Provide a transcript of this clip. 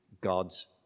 God's